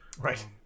right